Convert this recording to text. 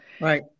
Right